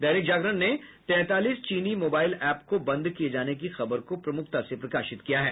दैनिक जागरण ने तैंतालीस चीनी मोबाईल एप को बंद किये जाने की खबर को प्रमुखता दी है